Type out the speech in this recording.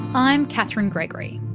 i'm katherine gregoryyou